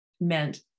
meant